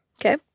Okay